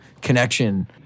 connection